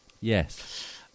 Yes